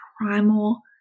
primal